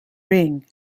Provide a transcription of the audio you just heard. ring